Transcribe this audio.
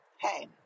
hey